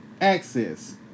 access